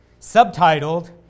subtitled